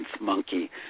Monkey